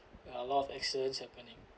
a lot of accidents happening